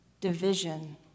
division